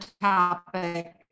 topic